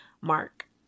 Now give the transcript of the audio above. Mark